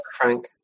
Frank